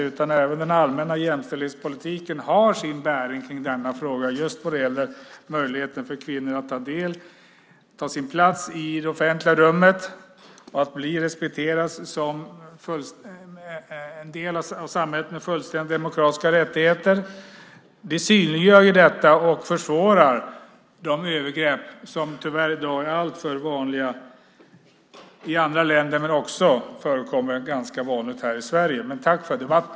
Även den allmänna jämställdhetspolitiken har sin bäring just när det gäller kvinnors möjligheter till en plats i det offentliga rummet och att bli respekterade som en del av samhället, med fullständiga demokratiska rättigheter. Det synliggörs här. Dessutom försvåras de övergrepp som i dag tyvärr är alltför vanliga i andra länder och som också är ganska vanligt förekommande här i Sverige.